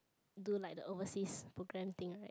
do like the overseas program thing right